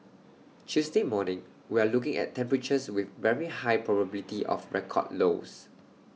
Tuesday morning we're looking at temperatures with very high probability of record lows